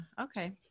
Okay